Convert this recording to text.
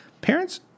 parents